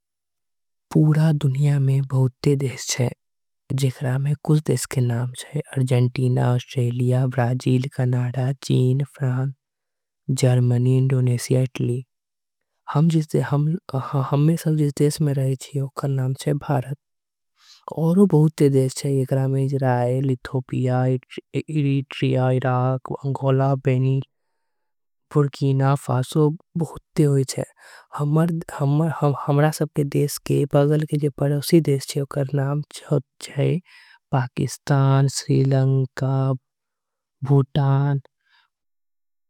पूरा दुनिया में बहुत्ते देश चहें जिकरा में कुछ देश के नाम चहें। अर्जंटीना, अस्ट्रेलिया, ब्राजील, कनाडा, चीन, फ्रांथ। जर्मनी, इंडोनेसिया, इतलीग हम जिस। देश में रही चीहोंका नाम चहें भारत अर्जंटीना पूरा दुनिया में। बहुत्ते देश चहें जिकरा में कुछ देश के नाम चहें लिथोपिया, इरी। ट्रिया, इराक, वंगोला, बेनी, पुरकीना, फासोग हमरा। सब के देश के बगल के जिए पर उसी देश चहें। उकर नाम चहें। पाकिस्तान, स्रिलंकब, भूतान।